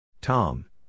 Tom